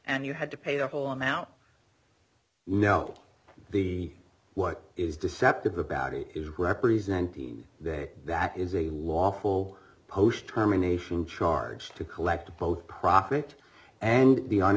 and you had to pay the whole amount no the what is deceptive about it is representing the that is a lawful post terminations charge to collect both profit and the